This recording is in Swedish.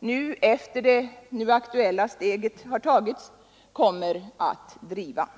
nu, efter det att det nu aktuella steget tagits, kommer att driva.